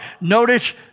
Notice